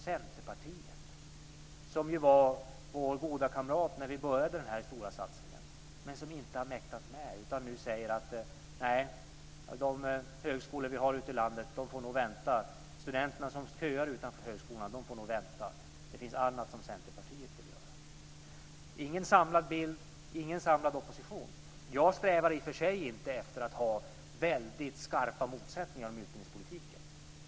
Centerpartiet var vår goda kamrat när vi började denna stora satsning men har inte mäktat med, utan säger nu att studenterna som köar utanför de högskolor vi har ute i landet nog får vänta. Det finns annat som Centerpartiet vill göra. Det är ingen samlad bild och ingen samlad opposition. Jag strävar i och för sig inte efter väldigt skarpa motsättningar inom utbildningspolitiken.